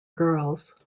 girls